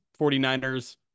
49ers